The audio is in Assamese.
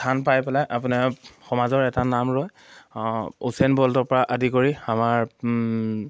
স্থান পাই পেলাই আপোনাৰ সমাজৰ এটা নাম ৰয় উচেন বল্ট পৰা আদি কৰি আমাৰ